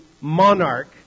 monarch